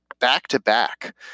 back-to-back